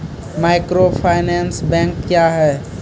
Microfinance bank क्या हैं?